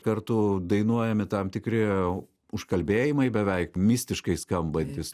kartu dainuojami tam tikri užkalbėjimai beveik mistiškai skambantys